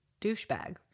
douchebag